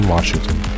Washington